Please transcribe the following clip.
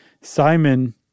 Simon